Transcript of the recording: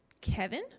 Kevin